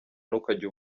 ntukajye